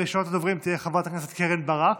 ראשונת הדוברים תהיה חברת הכנסת קרן ברק,